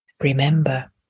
remember